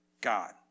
God